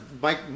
Mike